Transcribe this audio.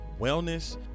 wellness